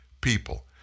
people